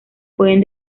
pueden